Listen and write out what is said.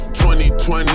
2020